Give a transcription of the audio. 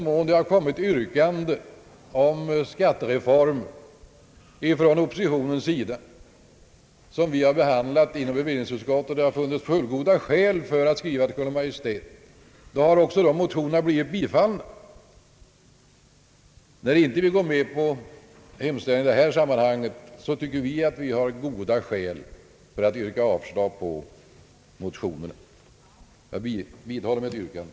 Jag vågar säga att bevillningsutskottet har tillstyrkt oppositionens yrkanden om skattereformer i den mån det funnits fullgoda skäl för att skriva till Kungl. Maj:t. När vi inte vill gå med på en sådan hemställan i detta fall tycker vi att vi har goda skäl för att yrka avslag på motionerna. Jag vidhåller mitt yrkande.